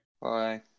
Bye